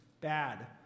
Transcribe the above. bad